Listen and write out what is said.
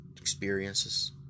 experiences